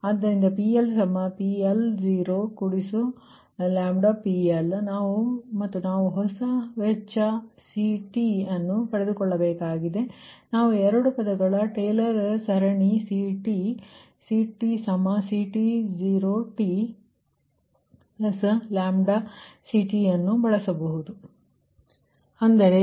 ಆದ್ದರಿಂದPLPL0PL ಮತ್ತು ನಾವು ಹೊಸ ವೆಚ್ಚCTಅನ್ನು ಪಡೆದುಕೊಳ್ಳಬೇಕಾಗಿದೆ ನಾವು ಎರಡು ಪದಗಳ ಟೇಲರ್ ಸರಣಿ CTCT0CT ಅನ್ನು ಬಳಸಬಹುದು